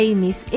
Amy's